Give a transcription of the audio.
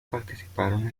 participaron